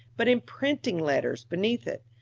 but in printing letters, beneath it,